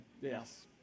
Yes